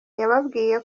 yababwiye